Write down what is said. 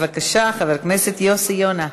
בבקשה, חבר הכנסת יוסי יונה.